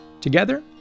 together